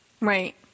Right